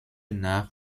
nach